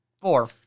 four